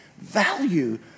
value